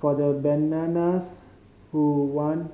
for the bananas who want